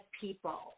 people